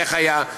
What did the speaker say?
איך היה,